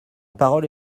parole